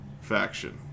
faction